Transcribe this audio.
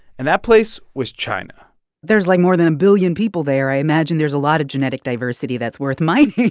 and that place was china there's, like, more than a billion people there. i imagine there's a lot of genetic diversity that's worth mining